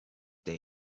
day